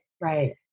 right